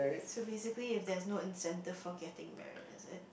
so basically if there's no incentive for getting married is it